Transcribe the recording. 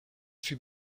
fut